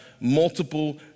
multiple